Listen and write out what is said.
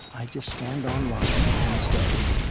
i just stand on line and say,